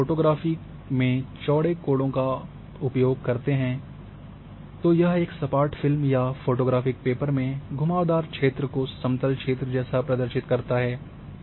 जब आप फोटोग्राफी में चौड़े कोणों का उपयोग करते हैं का तो यह एक सपाट फिल्म या फोटोग्राफिक पेपर में घुमावदार क्षेत्र को समतल क्षेत्र जैसा प्रदर्शित करता है